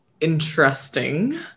Interesting